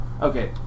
Okay